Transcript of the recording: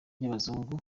abazungu